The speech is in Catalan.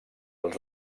els